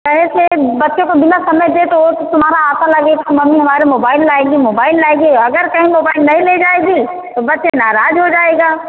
कहे से बच्चों को बिना समय दें तो वह तो तुम्हारी आशा लगेगी मम्मी हमारा मोबाइल लाएँगी मोबाइल लाएँगी और अगर कहीं मोबाइल नहीं ले जाएँगी तो बच्चे नाराज हो जाएँगे